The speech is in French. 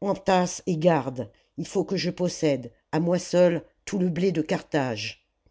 entasse et garde il faut que je possède à moi seul tout le blé de carthage